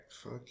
Fuck